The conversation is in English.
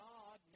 God